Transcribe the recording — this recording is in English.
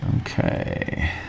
Okay